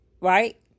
Right